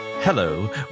Hello